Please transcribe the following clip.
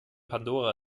pandora